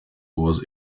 was